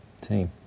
team